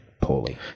poorly